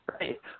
Right